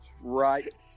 right